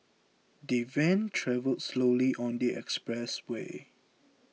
the van travelled slowly on the expressway